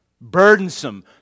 Burdensome